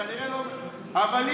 אבל היא התירה,